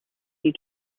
you